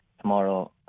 tomorrow